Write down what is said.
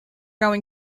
going